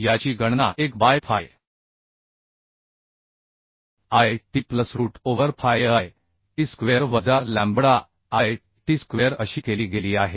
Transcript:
याची गणना 1 by phi lt plus root over phi lt square वजा लॅम्बडा lt स्क्वेअर अशी केली गेली आहे